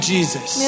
Jesus